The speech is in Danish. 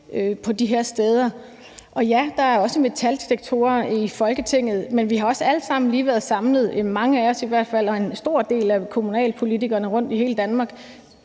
på de her steder. Og ja, der er også metaldetektorer i Folketinget, men vi har også alle sammen, mange af os i hvert fald, og en stor del af kommunalpolitikerne rundt i hele Danmark